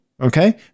Okay